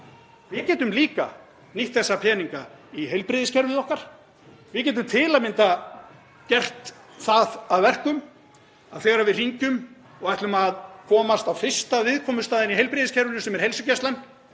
Við getum líka nýtt þessa peninga í heilbrigðiskerfið okkar. Við getum til að mynda gert það að verkum að þegar við hringjum og ætlum að komast á fyrsta viðkomustað í heilbrigðiskerfinu, sem er heilsugæslan,